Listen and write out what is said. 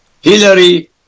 Hillary